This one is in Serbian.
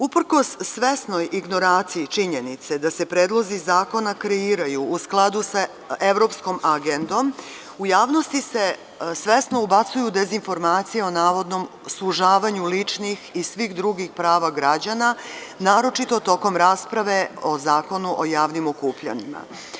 Uprkos svesnog ignoraciji činjenice da se predlozi zakona kreiraju u skladu sa evropskom agendom, u javnosti se svesno ubacuju dezinformacije o navodnom sužavanju ličnih i svih drugih prava građana, naročito tokom rasprave o Zakonu o javnim okupljanjima.